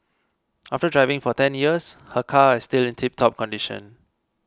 after driving for ten years her car is still in tiptop condition